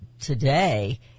today